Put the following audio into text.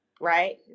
right